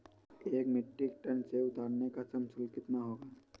एक metric tonne सेव उतारने का श्रम शुल्क कितना होगा?